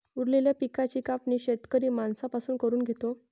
उरलेल्या पिकाची कापणी शेतकरी माणसां पासून करून घेतो